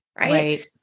Right